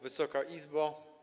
Wysoka Izbo!